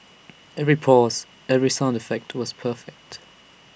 every pause every sound effect was perfect